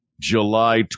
July